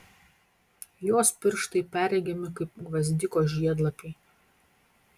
jos pirštai perregimi kaip gvazdiko žiedlapiai